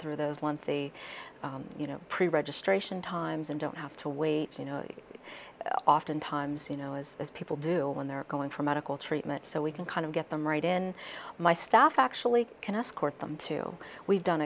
through those lengthy you know pre registration times and don't have to wait you know often times you know as people do when they're going for medical treatment so we can kind of get them right in my staff actually can escort them to we've done